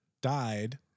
died